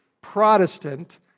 Protestant